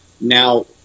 Now